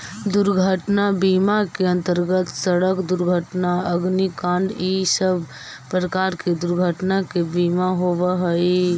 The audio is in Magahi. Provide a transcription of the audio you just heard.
दुर्घटना बीमा के अंतर्गत सड़क दुर्घटना अग्निकांड इ सब प्रकार के दुर्घटना के बीमा होवऽ हई